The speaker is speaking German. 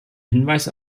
hinweis